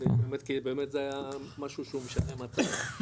כי באמת נעשה משהו שמשנה מצב.